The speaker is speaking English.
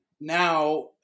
now